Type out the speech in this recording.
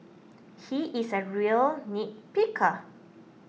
he is a real nitpicker